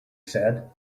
said